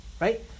Right